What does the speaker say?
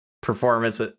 Performance